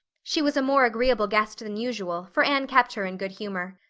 she was a more agreeable guest than usual, for anne kept her in good humor.